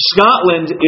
Scotland